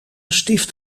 stift